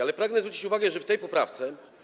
Ale pragnę zwrócić uwagę, że w tej poprawce.